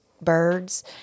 birds